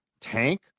tank